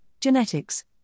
genetics